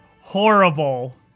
horrible